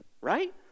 right